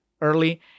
early